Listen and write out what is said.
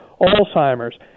Alzheimer's